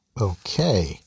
Okay